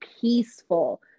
peaceful